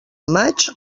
maig